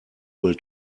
will